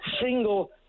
single